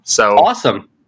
Awesome